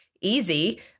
easy